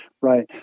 right